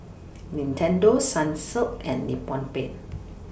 Nintendo Sunsilk and Nippon Paint